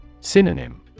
Synonym